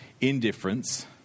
indifference